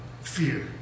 fear